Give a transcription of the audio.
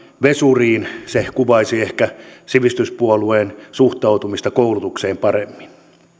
vesuriin se kuvaisi ehkä sivistyspuolueen suhtautumista koulutukseen paremmin